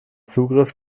zugriff